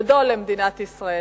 הישג אחד גדול למדינת ישראל: